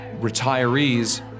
retirees